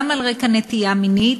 גם על רקע נטייה מינית,